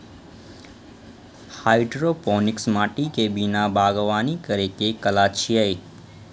hydroponics माटि के बिना बागवानी करै के कला छियै